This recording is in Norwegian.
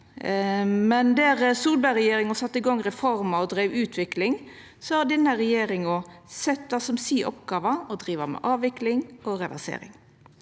men der Solbergregjeringa sette i gang reformer og dreiv utvikling, har denne regjeringa sett det som si oppgåve å driva med avvikling og reversering.